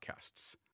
podcasts